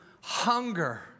hunger